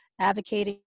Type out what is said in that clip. advocating